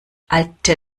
alte